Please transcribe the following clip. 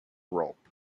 rope